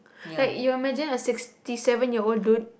like you image a sixty seven year old dude